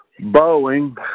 Boeing